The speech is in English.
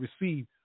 receive